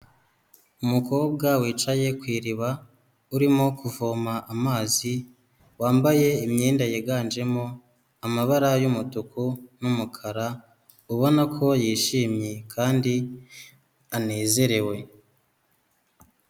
Umukobwa wicaye ku iriba urimo kuvoma amazi wambaye imyenda yiganjemo amabara y'umutuku n'umukara ubona ko yishimye kandi anezerewe.